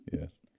yes